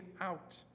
out